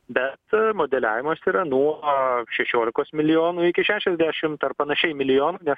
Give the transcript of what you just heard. bet modeliavimas yra nuo šešiolikos milijonų iki šešiasdešimt ar panašiai milijonų nes